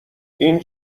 این